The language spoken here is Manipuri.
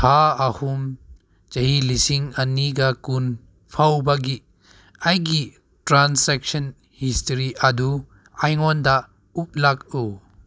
ꯊꯥ ꯑꯍꯨꯝ ꯆꯍꯤ ꯂꯤꯁꯤꯡ ꯑꯅꯤꯒ ꯀꯨꯟ ꯐꯥꯎꯕꯒꯤ ꯑꯩꯒꯤ ꯇ꯭ꯔꯥꯟꯁꯦꯛꯁꯟ ꯍꯤꯁꯇ꯭ꯔꯤ ꯑꯗꯨ ꯑꯩꯉꯣꯟꯗ ꯎꯠꯂꯛꯎ